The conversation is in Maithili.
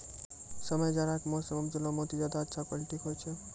समय जाड़ा के मौसम मॅ उपजैलो मोती ज्यादा अच्छा क्वालिटी के होय छै